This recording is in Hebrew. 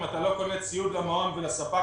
אם אתה לא קונה ציוד למעון ולספק,